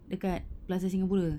dekat plaza singapura